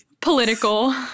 political